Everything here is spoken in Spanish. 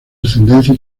ascendencia